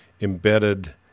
embedded